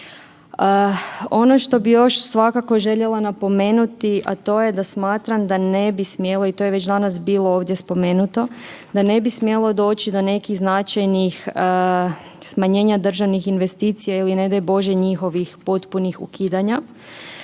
Ono što bi još svakako željela napomenuti, a to je da smatram da ne bi smjeli i to je već danas bilo ovdje spomenuto, da ne bi smjelo doći do nekih značajnih smanjenja državnih investicija ili ne daj Bože njihovih potpunih ukidanja.